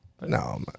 No